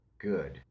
good